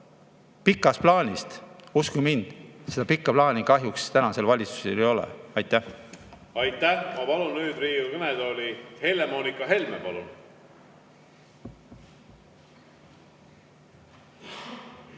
Pikast plaanist? Uskuge mind, seda pikka plaani kahjuks tänasel valitsusel ei ole. Aitäh! Aitäh! Ma palun nüüd Riigikogu kõnetooli Helle-Moonika Helme. Palun!